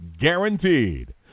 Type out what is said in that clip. guaranteed